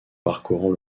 parcourant